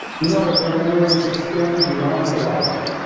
you know that your memories extend beyond your life,